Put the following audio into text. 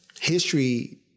history